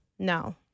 No